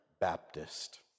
Baptist